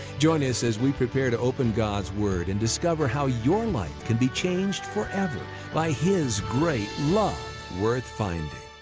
join us as we prepare to open god's word and discover how your life can be changed forever by his great love worth finding.